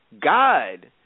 God